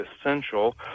essential